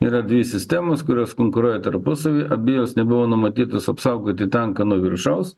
yra dvi sistemos kurios konkuruoja tarpusavy abi jos nebuvo numatytos apsaugoti tanką nuo viršaus